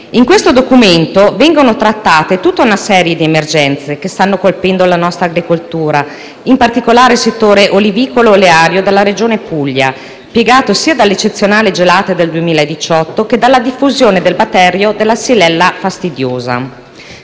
in esame viene trattata tutta una serie di emergenze che stanno colpendo la nostra agricoltura, in particolare il settore olivicolo-oleario della regione Puglia, piegato sia dalle eccezionali gelate del 2018 che dalla diffusione del batterio xylella fastidiosa,